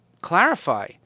clarify